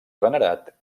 venerat